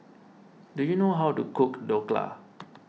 do you know how to cook Dhokla